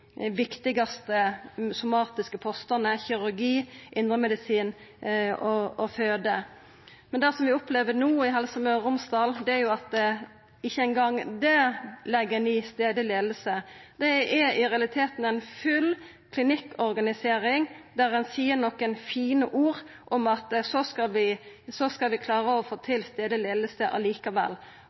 viktigaste somatiske postane: kirurgi, indremedisin og føde. Men det som vi opplever no i Helse Møre og Romsdal, er jo at ikkje eingong det legg ein i «stadleg leiing». Det er i realiteten ei full klinikkorganisering, der ein seier nokre fine ord om at ein likevel skal klare å få til